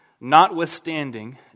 notwithstanding